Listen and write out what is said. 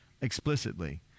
explicitly